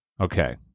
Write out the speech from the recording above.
Okay